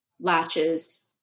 latches